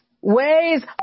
ways